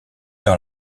dans